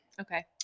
Okay